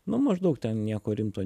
nu maždaug ten nieko rimto